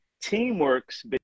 teamwork's